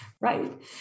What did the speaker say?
Right